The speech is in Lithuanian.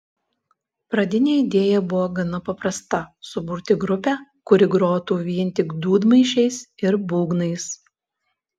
pradinė idėja buvo gana paprasta suburti grupę kuri grotų vien tik dūdmaišiais ir būgnais